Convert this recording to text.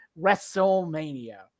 Wrestlemania